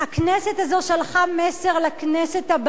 הכנסת הזאת שלחה מסר לכנסת הבאה,